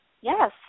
Yes